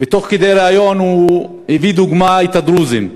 ותוך כדי ריאיון הוא הביא לדוגמה את הדרוזים.